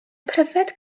pryfed